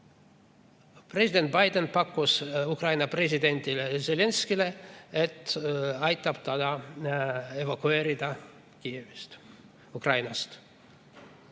President Biden pakkus Ukraina presidendile Zelenskõile, et aitab tal evakueeruda Kiievist,